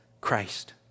Christ